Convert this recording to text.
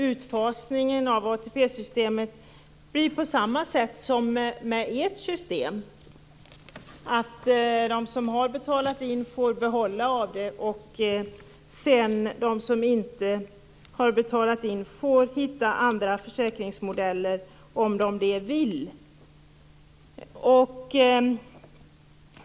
Utfasningen av ATP-systemet blir på samma sätt som med ert system, att de som har betalat in får behålla ATP och de som inte har betalat in får hitta andra försäkringsmodeller om de det vill.